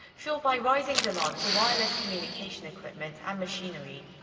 fueled by rising demand for wireless communication equipment and machinery.